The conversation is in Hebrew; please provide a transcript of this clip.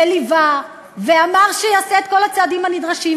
וליווה, ואמר שיעשה את כל הצעדים הנדרשים.